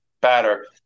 batter